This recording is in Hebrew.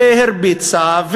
הרביצה,